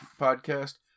podcast